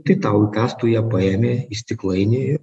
tai tau įkąstų ją paėmė į stiklainį